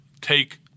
take